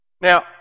Now